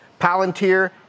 Palantir